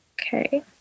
Okay